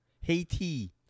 Haiti